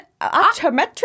Optometric